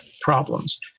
problems